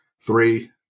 Three